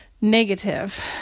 negative